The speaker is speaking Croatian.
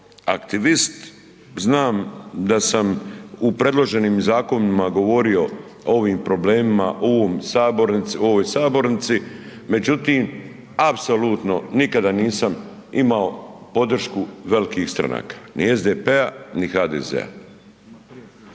aktivist. Znam da sam u predloženim zakonima govorio o ovim problemima u ovoj sabornici, međutim, apsolutno nikada nisam imao podršku velikih stranaka, ni SDP-a ni HDZ-a.